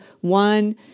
one